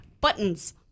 Buttons